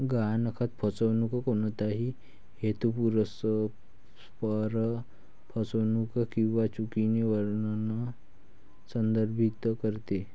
गहाणखत फसवणूक कोणत्याही हेतुपुरस्सर फसवणूक किंवा चुकीचे वर्णन संदर्भित करते